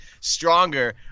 stronger